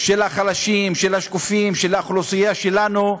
של החלשים, של השקופים, של האוכלוסייה שלנו,